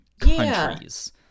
countries